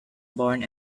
born